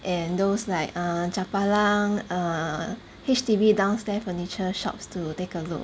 and those like err chapalang err H_D_B downstair furniture shops to take a look